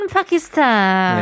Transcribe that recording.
Pakistan